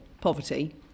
poverty